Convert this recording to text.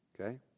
Okay